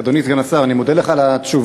אדוני סגן השר, אני מודה לך על התשובה